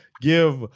give